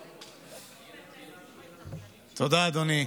תודה, אדוני.